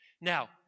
Now